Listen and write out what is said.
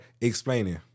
explaining